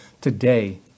Today